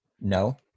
No